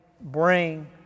bring